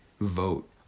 vote